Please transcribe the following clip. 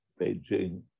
Beijing